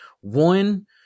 one